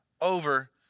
over